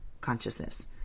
consciousness